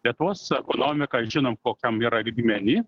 lietuvos ekonomika žinom kokiam yra lygmeny